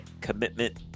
commitment